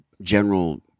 general